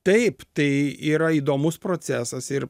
taip tai yra įdomus procesas ir